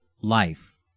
life